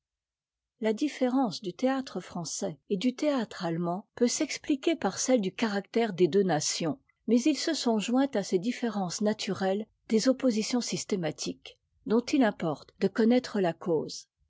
la différence du théâtre français et du théâtre allemand peut s'expliquer par ce e du caractère des deux nations mais il se joint à ces différences naturelles des oppositions systématiques dont il importe de connaitre la cause